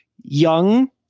young